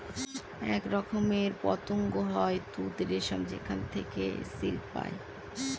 এক রকমের পতঙ্গ হয় তুত রেশম যেখানে থেকে সিল্ক পায়